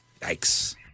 Yikes